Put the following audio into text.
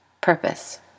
Purpose